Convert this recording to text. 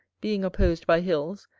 being opposed by hills,